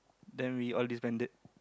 then we all disbanded